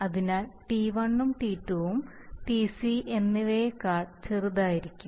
അതിനാൽ T1 ഉം T2 ഉം Tc എന്നിവയേക്കാൾ ചെറുതായിരിക്കും